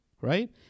right